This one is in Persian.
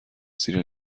زیر